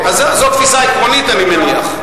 אז זאת תפיסה עקרונית, אני מניח.